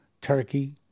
Turkey